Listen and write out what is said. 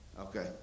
Okay